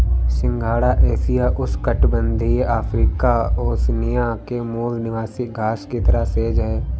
सिंघाड़ा एशिया, उष्णकटिबंधीय Africa, Oceania के मूल निवासी घास की तरह सेज है